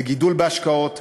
לגידול בהשקעות,